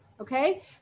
Okay